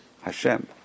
Hashem